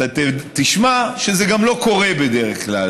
אתה תשמע שזה גם לא קורה בדרך כלל.